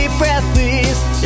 breathless